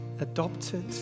adopted